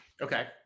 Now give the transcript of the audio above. Okay